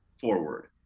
forward